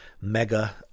mega